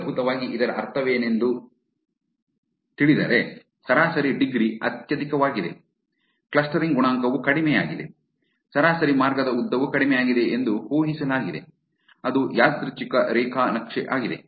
ಮೂಲಭೂತವಾಗಿ ಇದರ ಅರ್ಥವೇನೆಂದರೆ ಸರಾಸರಿ ಡಿಗ್ರಿ ಅತ್ಯಧಿಕವಾಗಿದೆ ಕ್ಲಸ್ಟರಿಂಗ್ ಗುಣಾಂಕವು ಕಡಿಮೆಯಾಗಿದೆ ಸರಾಸರಿ ಮಾರ್ಗದ ಉದ್ದವು ಕಡಿಮೆಯಾಗಿದೆ ಎಂದು ಊಹಿಸಲಾಗಿದೆ ಅದು ಯಾದೃಚ್ಛಿಕ ರೇಖಾ ನಕ್ಷೆ ಆಗಿದೆ